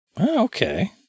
Okay